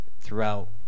throughout